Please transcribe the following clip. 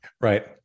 right